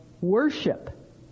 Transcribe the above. worship